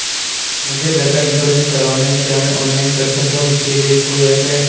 मुझे घर का इन्श्योरेंस करवाना है क्या मैं ऑनलाइन कर सकता हूँ इसके लिए कोई ऐप है?